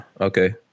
okay